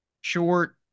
short